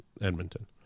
Edmonton